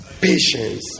Patience